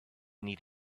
need